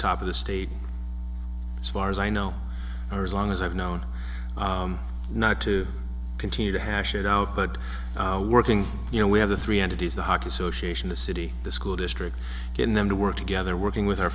top of the state as far as i know or as long as i've known not to continue to hash it out but working you know we have the three entities the hockey association the city the school district in them to work together working with our